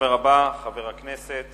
הדובר הבא, חבר הכנסת